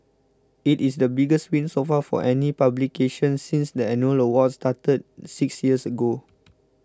it is the biggest win so far for any publication since the annual awards started six years ago